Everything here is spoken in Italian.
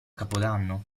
capodanno